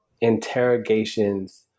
interrogations